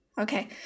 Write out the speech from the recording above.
Okay